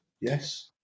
Yes